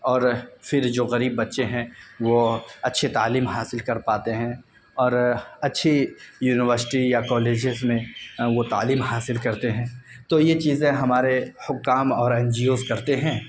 اور پھر جو غریب بچے ہیں وہ اچھی تعلیم حاصل کر پاتے ہیں اور اچھی یونیورسٹی یا کالجز میں وہ تعلیم حاصل کرتے ہیں تو یہ چیزیں ہمارے حکام اور این جی اوز کرتے ہیں